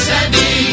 Sandy